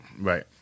right